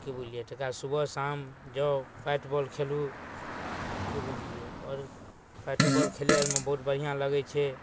कि बुझलिए तकरा बाद सुबह शाम जाउ बैट बॉल खेलू कि बुझलिए आओर बैट बॉल खेलै आओरमे बहुत बढ़िआँ लगै छै